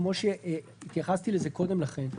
כמו שהתייחסתי לזה קודם לכן.